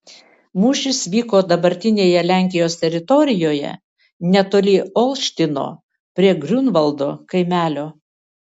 mūšis vyko dabartinėje lenkijos teritorijoje netoli olštyno prie griunvaldo kaimelio